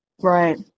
Right